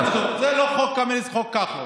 זה לא חוק קמיניץ, זה חוק כחלון.